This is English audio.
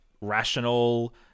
rational